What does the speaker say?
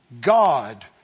God